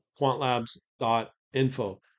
quantlabs.info